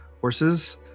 Horses